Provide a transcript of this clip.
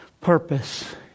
purpose